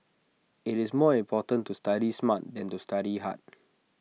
IT is more important to study smart than to study hard